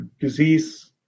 disease